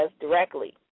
directly